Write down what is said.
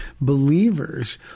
believers